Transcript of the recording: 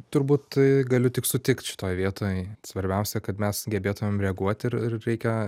turbūt galiu tik sutikt šitoj vietoj svarbiausia kad mes gebėtumėm reaguoti ir reikia